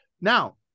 Now